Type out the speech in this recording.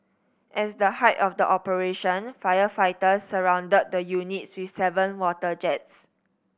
at the height of the operation firefighters surrounded the units with seven water jets